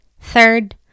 Third